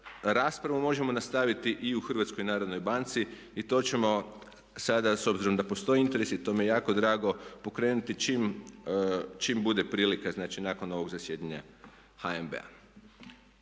raspravu možemo nastaviti i u HNB-u i to ćemo sada s obzirom da postoji interes i to mi je jako drago pokrenuti čim bude prilika. Znači nakon ovog zasjedanja HNB-a.